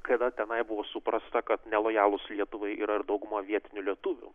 kada tenai buvo suprasta kad nelojalūs lietuvai yra ir dauguma vietinių lietuvių